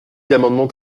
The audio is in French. d’amendements